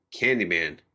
Candyman